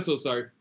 sorry